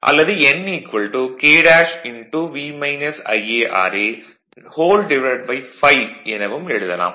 அல்லது n K∅ எனவும் எழுதலாம்